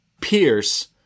Pierce